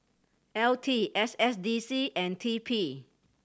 L T S S D C and T P